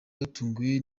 batunguwe